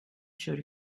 showed